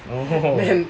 oh